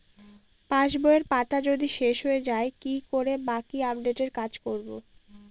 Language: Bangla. পাসবইয়ের পাতা যদি শেষ হয়ে য়ায় কি করে বাকী আপডেটের কাজ করব?